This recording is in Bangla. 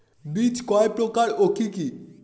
বীজ কয় প্রকার ও কি কি?